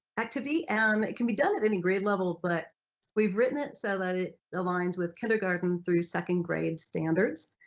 activity and it can be done at any grade level but we've written it so that it aligns with kindergarten through second grade standards.